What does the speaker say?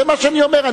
זה מה שאני אומר.